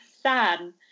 san